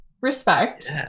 Respect